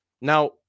now